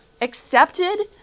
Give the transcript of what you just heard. accepted